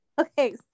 Okay